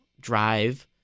Drive